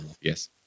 Yes